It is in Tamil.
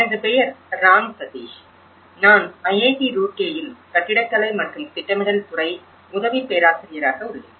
எனது பெயர் ராம் சதீஷ் நான் ஐஐடி ரூர்கேயில் கட்டிடக்கலை மற்றும் திட்டமிடல் துறை உதவி பேராசிரியராக உள்ளேன்